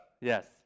Yes